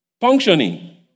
functioning